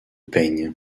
peignes